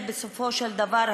בסופו של דבר,